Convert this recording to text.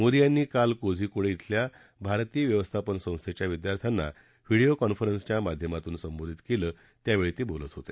मोदी यांनी काल कोझीकोड डिल्या भारतीय व्यवस्थापन संस्थेच्या विद्यार्थ्यांना व्हिडिओ कॉन्फरन्सच्या माध्यमातून संबोधित केलं त्यावेळी ते बोलत होते